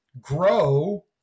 grow